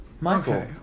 Michael